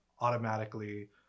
automatically